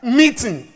meeting